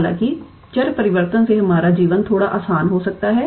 हालाँकि चर परिवर्तन से हमारा जीवन थोड़ा आसान हो सकता है